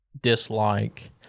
dislike